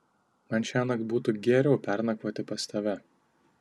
man šiąnakt būtų geriau pernakvoti pas tave